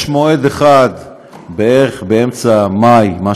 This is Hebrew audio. יש מועד אחד בערך באמצע מאי 2018,